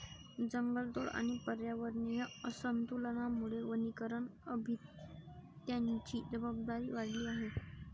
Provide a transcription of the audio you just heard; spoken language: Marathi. जंगलतोड आणि पर्यावरणीय असंतुलनामुळे वनीकरण अभियंत्यांची जबाबदारी वाढली आहे